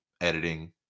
editing